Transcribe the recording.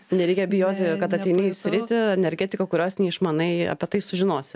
nereikia bijoti kad ateini į sritį energetika kurios neišmanai apie tai sužinosi